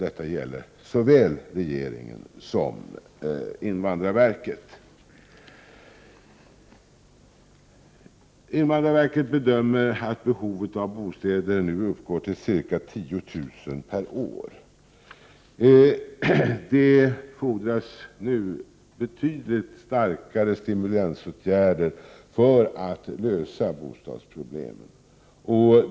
Detta gäller såväl regeringen som invandrarverket. Invandrarverket bedömer att behovet av bostäder uppgår till ca 10 000 kr. per år. Det fordras nu betydligt starkare stimulansåtgärder för att lösa bostadsproblemen.